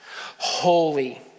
Holy